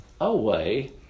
away